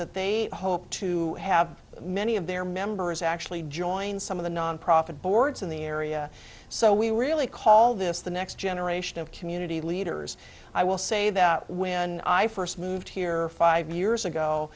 that they hope to have many of their members actually join some of the nonprofit boards in the area so we really call this the next generation of community leaders i will say that when i first moved here five years ago